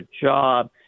job